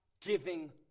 giving